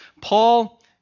Paul